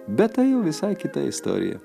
bet tai jau visai kita istorija